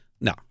no